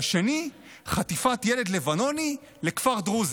והשני חטיפת ילד לבנוני לכפר דרוזי.